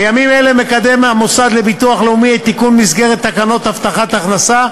בימים אלה מקדם המוסד לביטוח לאומי את תיקון מסגרת תקנות הבטחת הכנסה,